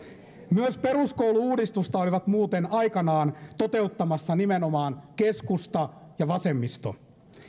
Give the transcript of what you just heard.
myös peruskoulu uudistusta olivat muuten aikanaan toteuttamassa nimenomaan keskusta ja vasemmisto